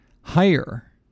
higher